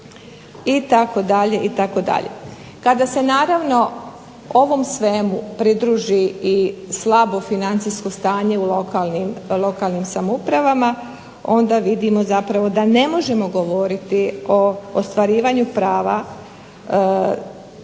itd. itd. Kada se naravno ovom svemu pridruži i slabo financijsko stanje u lokalnim samoupravama onda vidimo zapravo da ne možemo govoriti o ostvarivanju prava